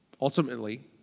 ultimately